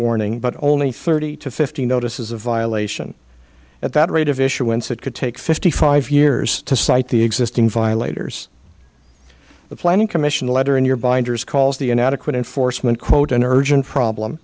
warning but only thirty to fifty notices a violation at that rate of issuance it could take fifty five years to cite the existing violators the planning commission letter in your binders calls the inadequate enforcement quote an urgent problem